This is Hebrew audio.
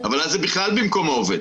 אז זה בכלל במקום העובד.